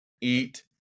eat